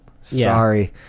Sorry